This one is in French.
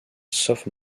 sauf